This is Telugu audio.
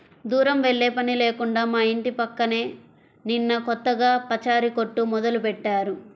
దూరం వెళ్ళే పని లేకుండా మా ఇంటి పక్కనే నిన్న కొత్తగా పచారీ కొట్టు మొదలుబెట్టారు